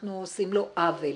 אנחנו עושים לו עוול.